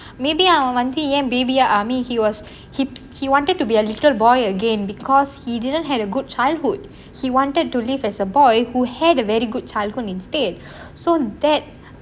maybe அவன் வந்து ஏன்:avan vanthu yaen baby ya I mean he was he wanted to be a little boy again because he didnt had a good childhood he wanted to live as a boy who had a very good childhood instead so that